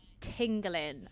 tingling